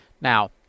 Now